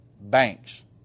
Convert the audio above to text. banks